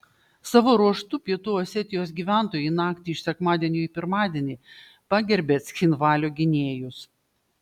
savo ruožtu pietų osetijos gyventojai naktį iš sekmadienio į pirmadienį pagerbė cchinvalio gynėjus